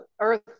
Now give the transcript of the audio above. earth